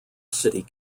city